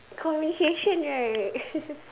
conversation right